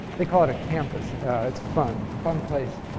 they call it a campus it's fun. fun place.